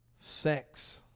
sex